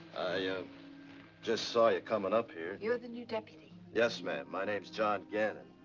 i um just saw you coming up here. you're the new deputy? yes, my my name's john gannon.